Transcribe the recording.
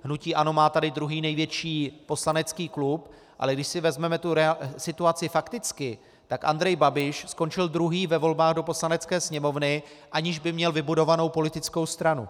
Hnutí ANO má tady druhý největší poslanecký klub, ale když si vezmeme tu situaci fakticky, tak Andrej Babiš skončil druhý ve volbách do Poslanecké sněmovny, aniž by měl vybudovanou politickou stranu.